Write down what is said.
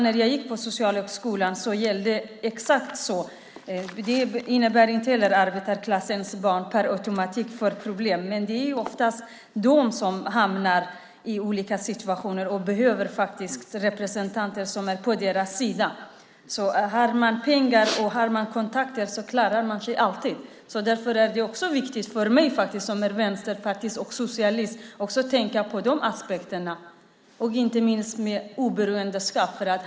När jag gick på Socialhögskolan gällde exakt detta. Det innebär inte att arbetarklassens barn per automatik får problem. Men det är oftast de som hamnar i olika situationer och behöver representanter som är på deras sida. Har man pengar och har man kontakter klarar man sig alltid. Därför är det viktigt för mig som är vänsterpartist och socialist att också tänka på dessa aspekter. Det handlar inte minst om att vara oberoende.